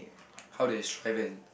how to describe Ben